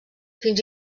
fins